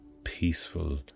peaceful